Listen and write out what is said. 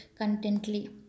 contently